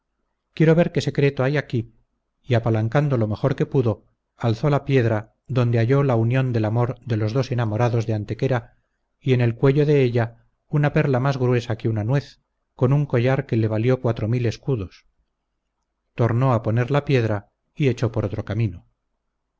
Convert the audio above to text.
quiero ver qué secreto hay aquí y apalancando lo mejor que pudo alzó la piedra donde halló la unión del amor de los dos enamorados de antequera y en el cuello de ella una perla más gruesa que una nuez con un collar que le valió escudos tornó a poner la piedra y echó por otro camino